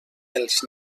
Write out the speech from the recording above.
pels